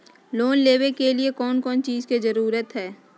Loan लेबे के लिए कौन कौन चीज के जरूरत है?